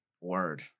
Word